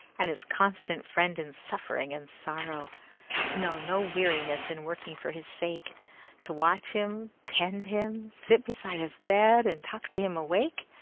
and his constant friend in suffering and sorrow to know no weariness in working for his sake to watch him, tend him, sit beside his bed and talk to him awake,